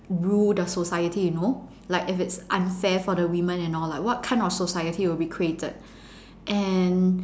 rule the society you know like if it is unfair for the women and all lah like what kind of society would be created and